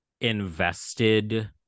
invested